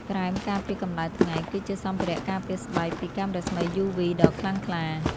ក្រែមការពារកម្ដៅថ្ងៃ គឺជាសម្ភារៈការពារស្បែកពីកាំរស្មីយូវីដ៏ខ្លាំងក្លា។